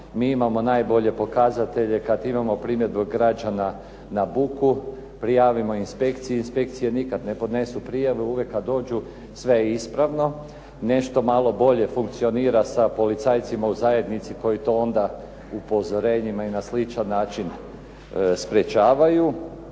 mi imamo najbolje pokazatelje kada imamo primjedbu građana na buku, prijavimo ih inspekciji. Inspekcije nikada ne podnesu prijave. Uvijek kada dođu sve je ispravno. Nešto malo bolje funkcionira sa policajcima u zajednici koji to onda upozorenjima i na sličan način sprečavaju.